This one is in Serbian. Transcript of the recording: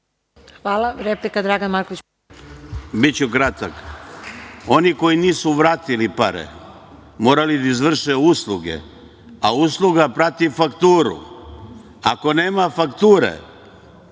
Palma. **Dragan D. Marković** Biću kratak, oni koji nisu vratili pare, morali da izvrše usluge, a usluga prati fakturu. Ako nema fakture,